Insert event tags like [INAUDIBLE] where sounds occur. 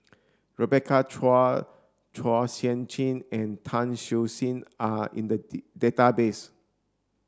Rebecca Chua Chua Sian Chin and Tan Siew Sin are in the [UNINTELLIGIBLE] database